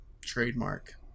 trademark